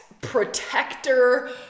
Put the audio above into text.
protector